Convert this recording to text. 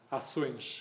ações